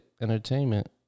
entertainment